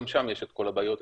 גם שם יש את כל הבעיות,